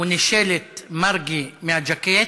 הוא נישל את מרגי מהז'קט,